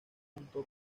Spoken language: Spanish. junto